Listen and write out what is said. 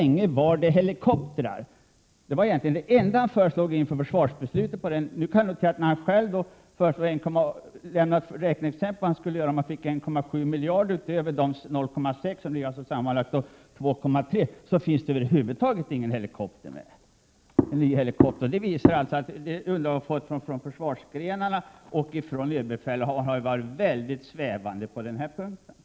Nu kan vi notera att när han själv lämnar ett räkneexempel beträffande vad han skulle göra om han fick 1,7 miljarder utöver de 0,6, dvs. sammanlagt 2,3 miljarder, finns det över huvud taget ingen ny helikopter med. Detta visar att det underlag som vi har fått från försvarsgrenarna och från överbefälhavaren har skiftat innehåll i snabb takt.